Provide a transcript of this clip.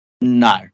No